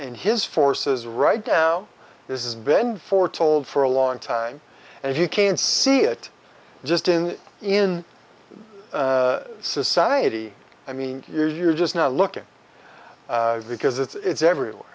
in his forces right now this is ben foretold for a long time and you can see it just in in society i mean you're you're just not looking because it's everywhere